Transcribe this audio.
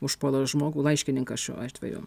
užpuola žmogų laiškininką šiuo atveju